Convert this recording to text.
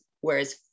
Whereas